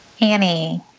Annie